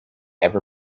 ever